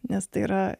nes tai yra